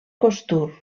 costur